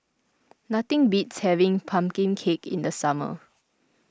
nothing beats having Pumpkin Cake in the summer